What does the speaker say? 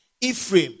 Ephraim